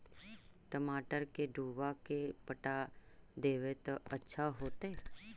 टमाटर के डुबा के पटा देबै त अच्छा होतई?